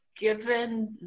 given